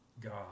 god